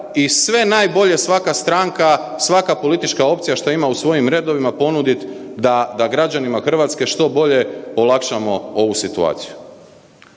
i sve najbolje, svaka stranka, svaka politička opcija šta ima u svojim redovima ponuditi da građanima Hrvatske što bolje olakšamo ovu situaciju.